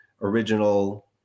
original